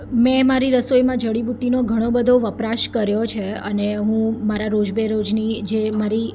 મેં મારી રસોઈમાં જડીબુટ્ટીનો ઘણો બધો વપરાશ કર્યો છે અને હું મારા રોજ બ રોજની જે મારી